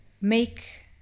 make